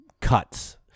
cuts